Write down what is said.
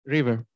River